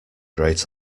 great